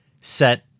set